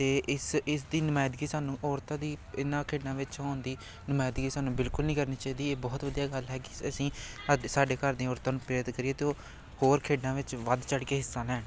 ਅਤੇ ਇਸ ਇਸ ਦੀ ਨੁਮਾਇੰਦਗੀ ਸਾਨੂੰ ਔਰਤਾਂ ਦੀ ਇਹਨਾਂ ਖੇਡਾਂ ਵਿੱਚ ਹੋਣ ਦੀ ਨੁਮਾਇੰਦਗੀ ਸਾਨੂੰ ਬਿਲਕੁਲ ਨਹੀਂ ਕਰਨੀ ਚਾਹੀਦੀ ਇਹ ਬਹੁਤ ਵਧੀਆ ਗੱਲ ਹੈ ਕਿ ਅਸੀਂ ਸਾਡੇ ਘਰ ਦੀਆਂ ਔਰਤਾਂ ਨੂੰ ਪ੍ਰੇਰਿਤ ਕਰੀਏ ਅਤੇ ਉਹ ਹੋਰ ਖੇਡਾਂ ਵਿੱਚ ਵੱਧ ਚੜ ਕੇ ਹਿੱਸਾ ਲੈਣ